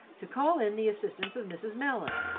to call in the assistance of mrs. mellon,